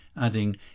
adding